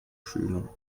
schüler